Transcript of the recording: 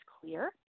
clear